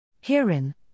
Herein